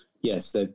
yes